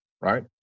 right